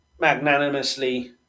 magnanimously